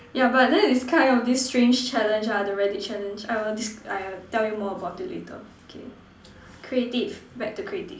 yeah but then is kind of this strange challenge ah the Reddit Challenge !aiya! this !aiya! I'll tell you more about it later okay creative back to creative